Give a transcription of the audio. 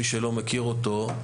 מי שלא מכיר אותו,